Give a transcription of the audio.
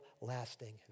lasting